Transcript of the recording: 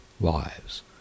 lives